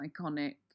iconic